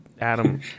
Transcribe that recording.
Adam